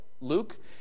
luke